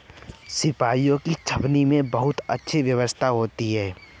सिपाहियों की छावनी में बहुत अच्छी व्यवस्था होती है